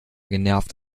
genervt